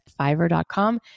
Fiverr.com